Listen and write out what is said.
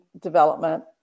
development